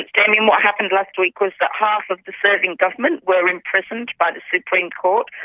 damien, what happened last week was that half of the serving government were imprisoned by the supreme court,